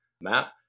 map